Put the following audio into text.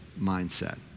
mindset